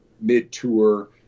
mid-tour